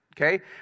Okay